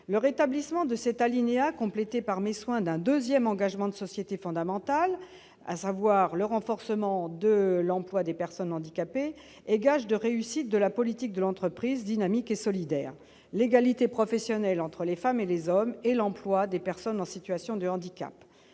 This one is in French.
Le rétablissement de cet alinéa, complété par mes soins d'un deuxième engagement de société fondamental, à savoir le renforcement de l'emploi des personnes handicapées, est gage de réussite de la politique de l'entreprise dynamique et solidaire, de l'égalité professionnelle entre les femmes et les hommes et de l'emploi des personnes en situation de handicap.